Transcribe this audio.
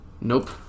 Nope